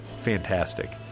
Fantastic